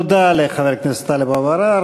תודה לחבר הכנסת טלב אבו עראר.